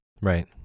Right